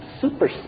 super